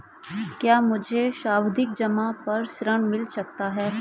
क्या मुझे सावधि जमा पर ऋण मिल सकता है?